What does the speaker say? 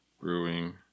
Brewing